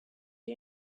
you